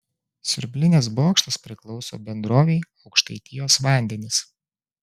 siurblinės bokštas priklauso bendrovei aukštaitijos vandenys